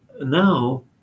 now